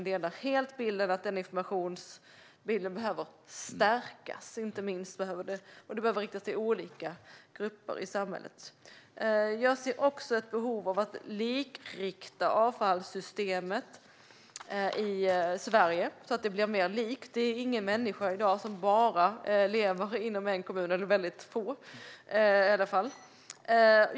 Jag delar helt bilden att informationen behöver stärkas och riktas till olika grupper i samhället. Jag ser ett behov av att likrikta avfallssystemet i Sverige så att det blir mer likt. Det är i dag inte någon människa som bara lever inom en kommun, eller väldigt få.